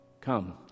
come